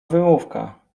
wymówka